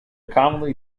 commonly